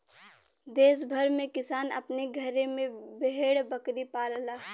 देस भर में किसान अपने घरे में भेड़ बकरी पालला